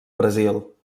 brasil